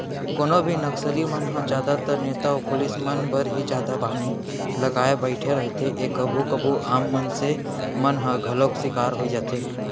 कोनो भी नक्सली मन ह जादातर नेता अउ पुलिस मन बर ही जादा बानी लगाय बइठे रहिथे ए कभू कभू आम मनसे मन ह घलौ सिकार होई जाथे